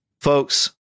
folks